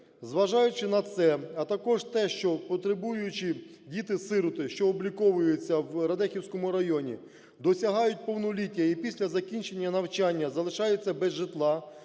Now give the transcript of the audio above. Зважаючи на це, а також те, що потребуючі діти-сироти, що обліковуються в Радехівському районі, досягають повноліття і після закінчення навчання залишаються без житла,